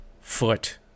foot